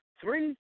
three